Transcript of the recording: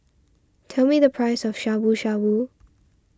tell me the price of Shabu Shabu